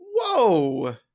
Whoa